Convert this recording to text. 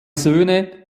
söhne